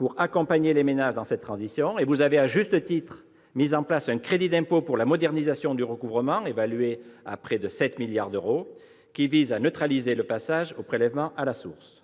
sert à accompagner les ménages dans cette transition. Vous avez, à juste titre, mis en place un crédit d'impôt pour la modernisation du recouvrement, dont le coût est évalué à 6,9 milliards d'euros et qui vise à neutraliser le passage au prélèvement à la source.